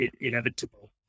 inevitable